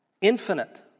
infinite